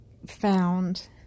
found